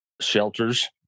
shelters